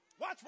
Watch